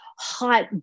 hot